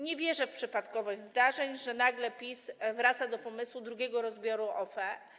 Nie wierzę w przypadkowość zdarzeń, że nagle PiS wraca do pomysłu drugiego rozbioru OFE.